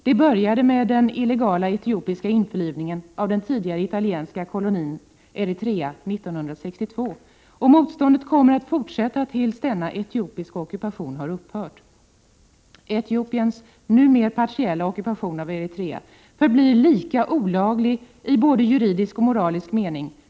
Det började med det illegala etiopiska införlivandet av den tidigare italienska kolonin Eritrea 1962, och motståndet kommer att fortsätta tills denna etiopiska ockupation har upphört. ——-- Etiopiens numer blott partiella ockupation av Eritrea förblir lika olaglig, i både juridisk och moralisk mening, som Sydafrikas Prot.